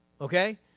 okay